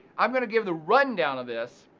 i'm gonna give the rundown of this,